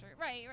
Right